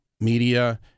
media